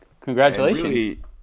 congratulations